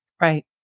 right